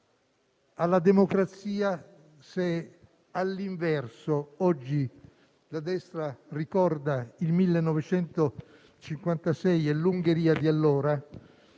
alla democrazia se, all'inverso, oggi la destra ricordi il 1956 e l'Ungheria di allora